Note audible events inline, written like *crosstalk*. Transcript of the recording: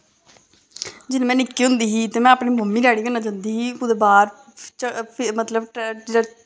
जदूं में निक्की होंदी ही ते में अपने मम्मी डैडी कन्नै जंदी ही कुदै बाह्र मतलब *unintelligible*